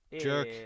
Jerk